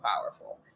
powerful